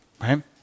Right